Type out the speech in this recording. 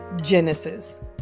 Genesis